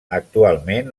actualment